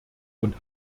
und